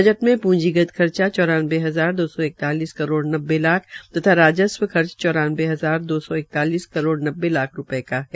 budget में पूंजीगत खर्चा चौरानबे हजार दो सौ इक्तालिस करोड़ नब्बे लाख तथा राजस्व खर्च चौरानबे हजार दो सौ इक्तालिस करोड़ नब्बे लाख रूपये का है